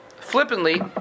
Flippantly